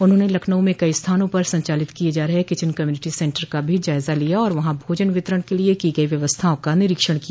उन्होंने लखनऊ में कई स्थानों पर संचालित किये जा रहे किंचन कम्युनिटी सेन्टर का भी जायजा लिया और वहां भोजन वितरण के लिये की गई व्यवस्थाओं का निरीक्षण किया